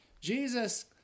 Jesus